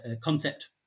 concept